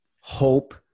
hope